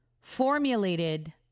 formulated